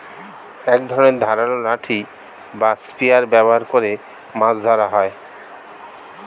এক ধরনের ধারালো লাঠি বা স্পিয়ার ব্যবহার করে মাছ ধরা হয়